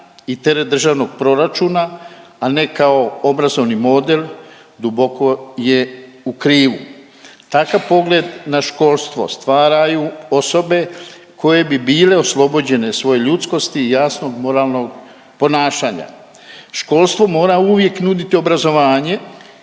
i teret Državnog proračuna, a ne kao obrazovni model duboko je u krivu. Takav pogled na školstvo stvaraju osobe koje bi bile oslobođene svoje ljudskosti i jasnog moralnog ponašanja. Školstvo mora uvijek nuditi obrazovanje